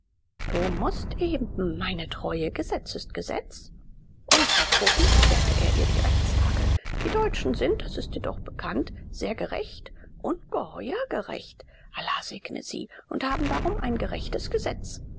du mußt eben meine teure gesetz ist gesetz unverfroren erklärte er ihr die rechtslage die deutschen sind das ist dir doch bekannt sehr gerecht ungeheuer gerecht allah segne sie und haben darum ein gerechtes gesetz